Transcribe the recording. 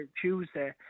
Tuesday